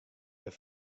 der